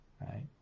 right